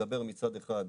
שמדבר מצד אחד ביקושים,